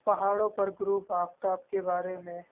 پہاڑوں پر غروب آفتاب کے بارے میں